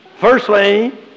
Firstly